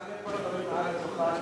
ואתה מעלה פה דברים על השולחן,